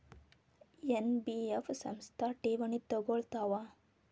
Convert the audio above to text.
NBF ಸಂಸ್ಥಾ ಠೇವಣಿ ತಗೋಳ್ತಾವಾ?